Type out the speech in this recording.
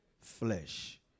Flesh